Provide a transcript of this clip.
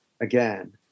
again